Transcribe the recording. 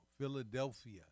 Philadelphia